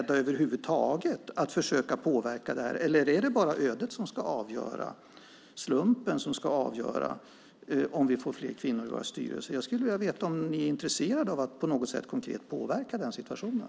Och är ni över huvud taget beredda att försöka påverka, eller är det bara ödet och slumpen som ska avgöra om vi får fler kvinnor i våra styrelser? Jag skulle vilja veta om ni är intresserade av att på något sätt konkret påverka situationen.